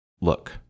Look